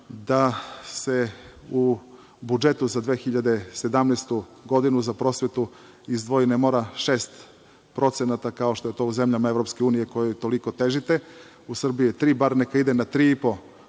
da se u budžetu za 2017. godinu za prosvetu izdvoji, ne mora 6% kao što je to u zemljama EU kojoj toliko težite, u Srbiji je 3%, bar nek ide na 3,5%